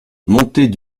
montée